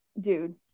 dude